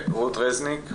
רות רזניק,